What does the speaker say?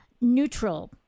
neutral